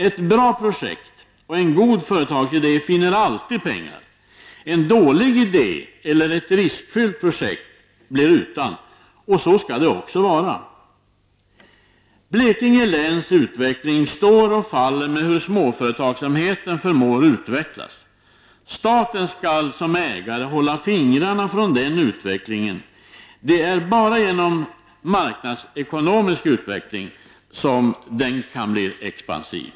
Ett bra projekt och en god företagsidé finner alltid pengar. En dålig idé eller ett riskfyllt projekt blir utan. Så skall det också vara. Blekinge läns utveckling står och faller med hur småföretagsamheten förmår utvecklas. Staten skall som ägare hålla fingrarna från denna utveckling. Det är bara genom marknadsekonomin som den kan bli expansiv.